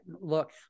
look